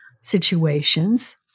situations